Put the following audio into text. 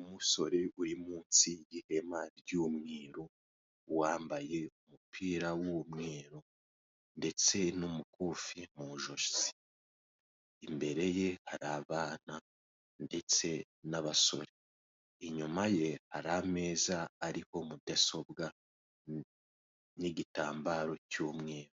Umusore uri munsi y'ihema ry'umweru, wambaye umupira w'umweru, ndetse n'umukufi mu ijosi, imbere ye hari abana ndetse n'abasore, inyuma ye hari ameza ariko mudasobwa n'igitambaro cy'umweru,